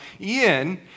Ian